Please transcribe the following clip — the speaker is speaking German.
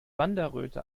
wanderröte